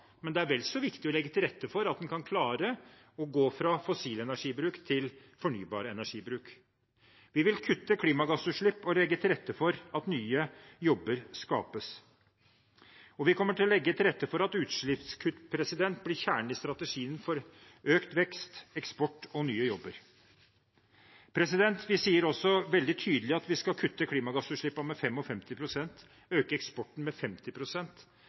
men det er vel så viktig å legge til rette for at en kan klare å gå fra fossil energibruk til fornybar energibruk. Vi vil kutte klimagassutslipp og legge til rette for at nye jobber skapes, og vi kommer til å legge til rette for at utslippskutt blir kjernen i strategien for økt vekst, eksport og nye jobber. Vi sier også veldig tydelig at vi skal kutte klimagassutslippene med 55 pst. og øke eksporten med